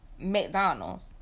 McDonald's